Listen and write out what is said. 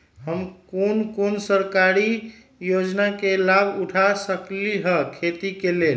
हम कोन कोन सरकारी योजना के लाभ उठा सकली ह खेती के लेल?